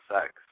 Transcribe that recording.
sex